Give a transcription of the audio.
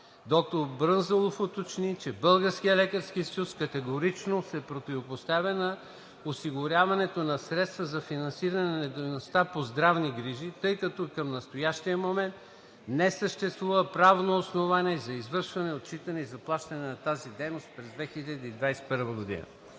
Доктор Брънзалов уточни, че БЛС категорично се противопоставя на осигуряването на средства за финансирането на дейността по здравни грижи, тъй като към настоящия момент не съществува правно основание за извършване, отчитане и заплащане на тази дейност през 2021 г.